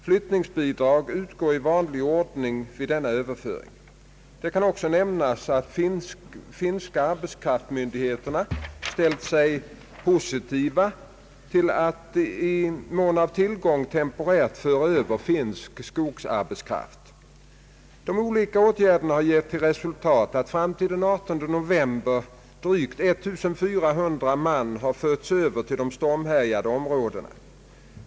Flyttningsbidrag utgår i vanlig ordning vid denna överföring. Det kan också nämnas att de finska arbetsmarknadsmyndigheterna ställt sig positiva till att i mån av tillgång temporärt föra över finsk skogsarbetskraft. De olika åtgärderna har gett till resultat att fram till den 18 november drygt 1400 man hade förts över till de stormhärjade områdena.